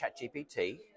ChatGPT